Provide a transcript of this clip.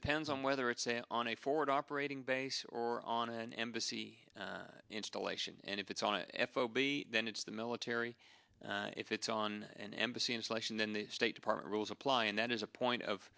depends on whether it's a on a forward operating base or on an embassy installation and if it's on a f o b then it's the military if it's on an embassy installation then the state department rules apply and that is a point of